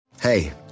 Hey